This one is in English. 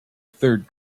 third